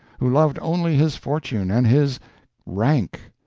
who loved only his fortune and his rank,